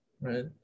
right